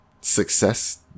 success